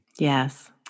Yes